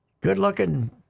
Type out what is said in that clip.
good-looking